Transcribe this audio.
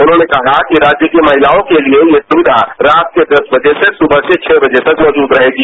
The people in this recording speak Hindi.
उन्होंने कहा कि राज्य की महिलाओं के लिए ये सुक्विया रात के दस बजे से सुबह के छह बजे तक मौजूद रहेगी